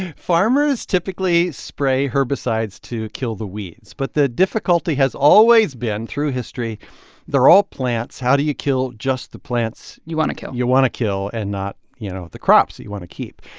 farmers typically spray herbicides to kill the weeds, but the difficulty has always been through history they're all plants. how do you kill just the plants. you want to kill. you want to kill and not, you know, the crops that you want to keep?